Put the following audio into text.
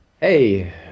Hey